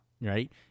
Right